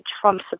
Trump